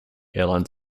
airline